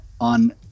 on